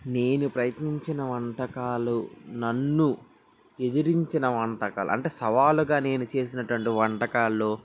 నేను ప్రయత్నించిన వంటకాలు నన్ను ఎదురించిన వంటకాలు అంటే సవాలుగా నేను చేసినటువంటి వంటకాల్లో